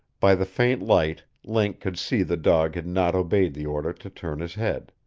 by the faint light link could see the dog had not obeyed the order to turn his head.